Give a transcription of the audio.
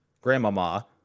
Grandmama